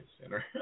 center